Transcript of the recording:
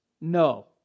No